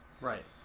Right